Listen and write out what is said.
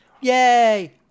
yay